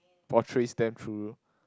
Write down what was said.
portrays them through